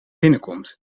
binnenkomt